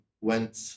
went